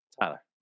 Tyler